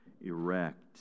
erect